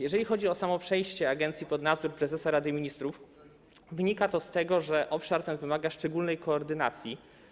Jeżeli chodzi o samo przejście agencji pod nadzór prezesa Rady Ministrów, to wynika to z tego, że obszar ten wymaga szczególnej koordynacji.